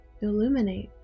Illuminate